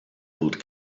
old